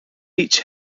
each